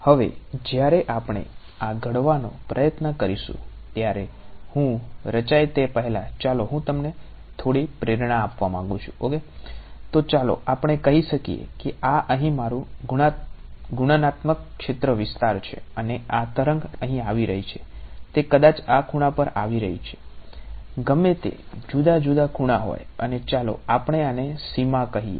હવે જ્યારે આપણે આ ઘડવાનો પ્રયત્ન કરીશું ત્યારે હું રચાય ક્ષેત્રવિસ્તાર છે અને આ તરંગ અહીં આવી રહી છે તે કદાચ આ ખૂણા પર આવી રહી છે ગમે તે જુદા જુદા ખૂણા હોય અને ચાલો આપણે આને સીમા કહીએ